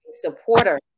supporter